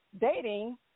dating